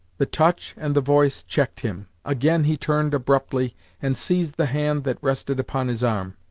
the touch and the voice checked him. again he turned abruptly and seized the hand that rested upon his arm.